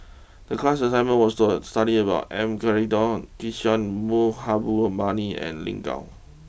the class assignment was to study about M Karthigesu Kishore Mahbubani and Lin Gao